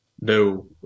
No